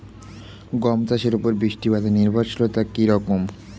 গম চাষের উপর বৃষ্টিপাতে নির্ভরশীলতা কী রকম?